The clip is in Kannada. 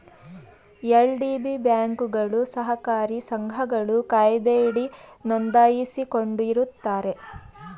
ಎಲ್.ಡಿ.ಬಿ ಬ್ಯಾಂಕ್ಗಳು ಸಹಕಾರಿ ಸಂಘಗಳ ಕಾಯ್ದೆಯಡಿ ನೊಂದಾಯಿಸಿಕೊಂಡಿರುತ್ತಾರೆ